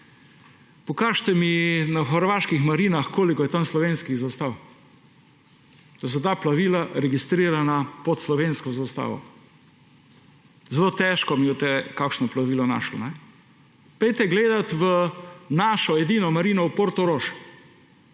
pokažite mi v hrvaških marinah, koliko je tam slovenskih zastav, da so ta plovila registrirana pod slovensko zastavo. Zelo težko mi boste kakšno plovilo našli. Pojdite gledat v našo edino marino, v Portorož,